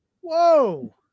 Whoa